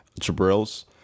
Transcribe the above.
jabril's